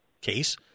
case